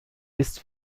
ist